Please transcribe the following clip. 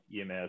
EMS